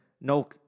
no